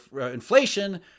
Inflation